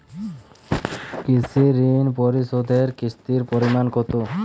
কৃষি ঋণ পরিশোধের কিস্তির পরিমাণ কতো?